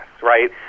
right